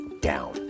down